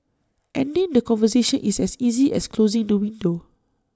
ending the conversation is as easy as closing the window